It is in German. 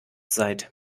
seid